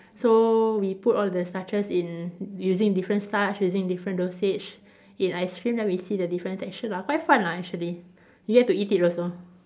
so we put all the starches in using difference starch using different dosage in ice cream then we see the different texture lah quite fun lah actually you get to eat it also